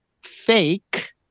fake